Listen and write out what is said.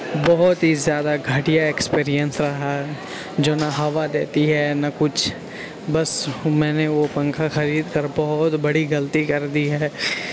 بہت ہی زیادہ گھٹیا ایکسپیرینس رہا جو نہ ہوا دیتی ہے نہ کچھ بس میں نے وہ پنکھا خرید کر بہت بڑی غلطی کر دی ہے